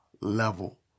level